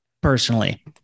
Personally